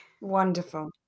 Wonderful